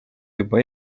juba